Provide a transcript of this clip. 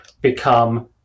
become